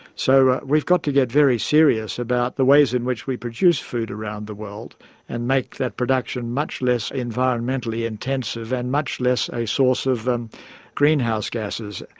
so, we've got to get very serious about the ways in which we produce food around the world and make that production much less environmentally intensive and much less a source of and greenhouse gases,